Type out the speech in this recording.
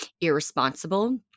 irresponsible